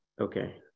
Okay